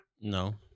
No